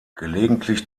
gelegentlich